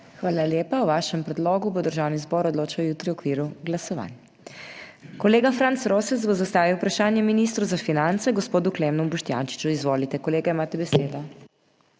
Hvala lepa. O vašem predlogu bo Državni zbor odločal jutri v okviru glasovanj. Kolega Franc Rosec bo zastavil vprašanje ministru za finance, gospodu Klemnu Boštjančiču. Izvolite kolega, imate besedo.